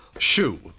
Shoe